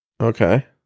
Okay